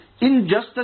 injustice